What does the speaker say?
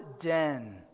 den